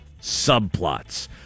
subplots